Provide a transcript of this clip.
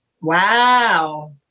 Wow